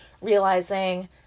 realizing